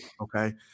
Okay